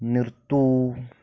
നിർത്തൂ